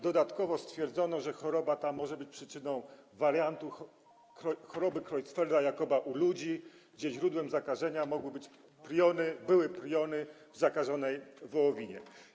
Dodatkowo stwierdzono, że ta choroba może być przyczyną wariantu choroby Creutzfeldta-Jakoba u ludzi, gdzie źródłem zakażenia mogły być priony, były priony w zakażonej wołowinie.